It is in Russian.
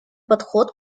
подход